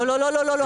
לא, לא, לא.